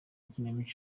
ikinamico